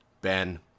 Ben